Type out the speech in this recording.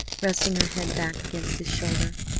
resting her head back against his shoulder,